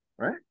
Right